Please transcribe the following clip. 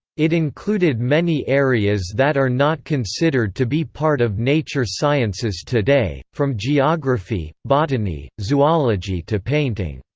it included many areas that are not considered to be part of nature sciences today from geography, botany, zoology to painting.